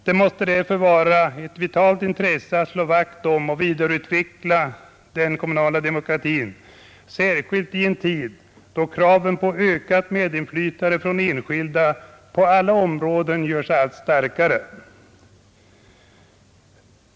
Det mäste därför vara ett vitalt intresse att slå vakt om och vidareutveckla den kommunala demokratin, särskilt i en tid då kraven på ökat medinflytande från enskilda gör sig allt starkare gällande på alla områden.